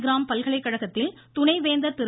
gram பல்கலைகழகத்தில் துணைவேந்தர் திரு